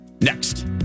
next